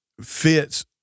fits